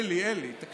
אלי, אלי, תקשיב.